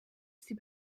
sie